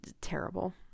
terrible